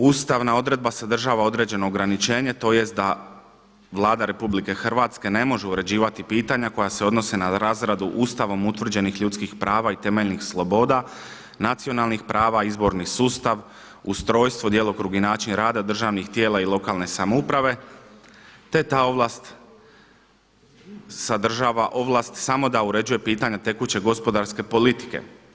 Ustavna odredba sadržava određeno ograničenje, tj. da Vlada Republike Hrvatske ne može uređivati pitanja koja se odnose na razradu Ustavom utvrđenih ljudskih prava i temeljnih sloboda, nacionalnih prava, izborni sustav, ustrojstvo, djelokrug i način rada državnih tijela i lokalne samouprave, te ta ovlast sadržava ovlast samo da uređuje pitanja tekuće gospodarske politike.